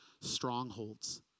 strongholds